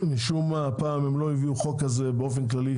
משום מה הפעם הם לא הביאו חוק כזה באופן כללי,